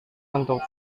untuk